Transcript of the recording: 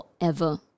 forever